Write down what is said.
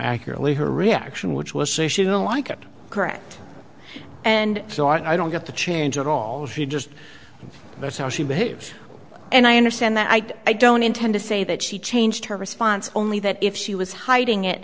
accurately her reaction which was say she didn't like it correct and so i don't get to change at all she just that's how she behaves and i understand that i i don't intend to say that she changed her response only that if she was hiding it